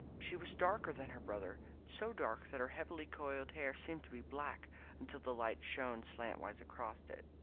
she was darker than her brother so dark that her heavily coiled hair seemed to be black until the light shone slantwise across it.